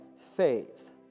faith